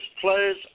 players